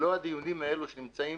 שלא הדיונים האלה שנמצאים